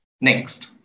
Next